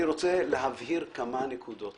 אני רוצה להבהיר כמה נקודות